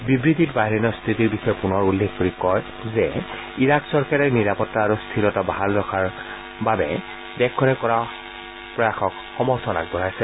বিবৃতিত বাহৰেইনৰ স্থিতিৰ বিষয়ে পুনৰ উল্লেখ কৰি কয় যে ইৰাক চৰকাৰে নিৰাপত্তা আৰু স্থিৰতা বাহাল কৰাৰ বাবে দেশখনে কৰা প্ৰয়াসক সমৰ্থন আগবঢ়াইছে